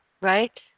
right